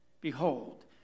Behold